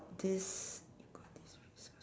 this you got this resource